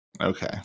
Okay